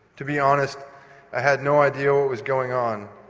to be honest i had no idea what was going on,